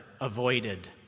avoided